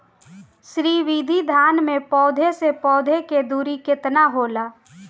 श्री विधि धान में पौधे से पौधे के दुरी केतना होला?